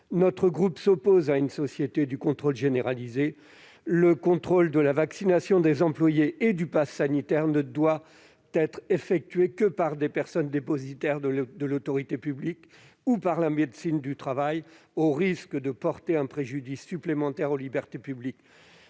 Notre groupe s'oppose à une société du contrôle généralisé. Le contrôle de la vaccination des employés et du passe sanitaire ne doit être effectué que par des personnes dépositaires de l'autorité publique ou par la médecine du travail, sous peine de porter un préjudice supplémentaire aux libertés publiques.